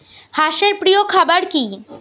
হাঁস এর প্রিয় খাবার কি?